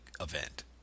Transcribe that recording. event